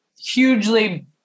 hugely